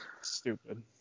Stupid